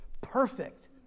perfect